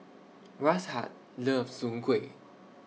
Rashaad loves Soon Kway